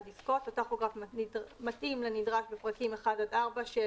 דיסקות - טכוגרף מתאים לנדרש בפרקים 1 עד 4 של